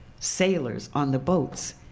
sailors on the boats,